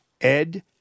Ed